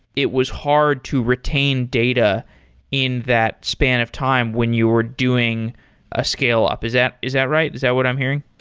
it was hard to retain data in that span of time when you were doing a scale up. is that is that right? is that what i'm hearing?